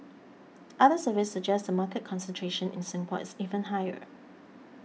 other surveys suggest the market concentration in Singapore is even higher